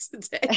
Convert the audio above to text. today